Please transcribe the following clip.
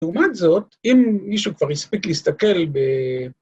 לעומת זאת, אם מישהו כבר הספיק להסתכל ב...